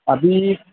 ابھی